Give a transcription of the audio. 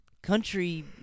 Country